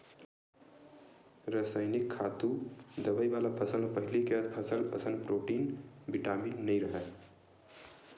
रसइनिक खातू, दवई वाला फसल म पहिली के फसल असन प्रोटीन, बिटामिन नइ राहय